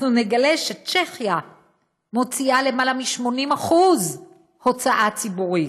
אנחנו נגלה שצ'כיה מוציאה למעלה מ-80% הוצאה ציבורית,